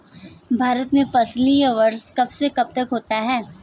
भारत में फसली वर्ष कब से कब तक होता है?